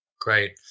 Great